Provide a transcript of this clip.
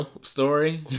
story